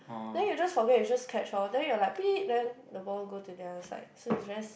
then you just forget you just catch orh then you're like then the ball go to the other side so is very